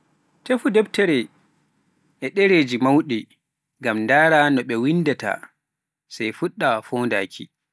Tefu deftere e ɗereeji mauɗi ngam ndara no ɓe winndaata, sai fuɗɗa fondaaki.